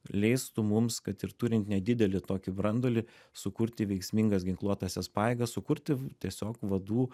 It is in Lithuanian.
leistų mums kad ir turint nedidelį tokį branduolį sukurti veiksmingas ginkluotąsias pajėgas sukurti tiesiog vadų